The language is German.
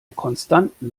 konstanten